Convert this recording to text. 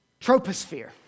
troposphere